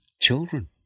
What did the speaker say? children